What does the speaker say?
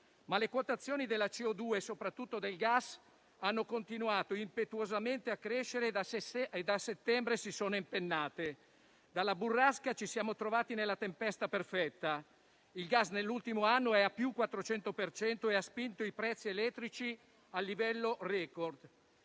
Le quotazioni, però, della CO2 e soprattutto del gas hanno continuato impetuosamente a crescere e da settembre si sono impennate. Dalla burrasca ci siamo trovati nella tempesta perfetta: il gas nell'ultimo anno è a più 400 per cento e ha spinto i prezzi elettrici a livello *record*.